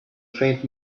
faint